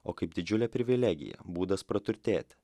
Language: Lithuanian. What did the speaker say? o kaip didžiulė privilegija būdas praturtėti